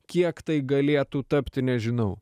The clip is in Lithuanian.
kiek tai galėtų tapti nežinau